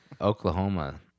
oklahoma